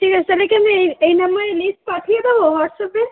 ঠিক আছে তাহলে কি আমি এই এই নম্বরে লিস্ট পাঠিয়ে দেবো হোয়াটস্যাপে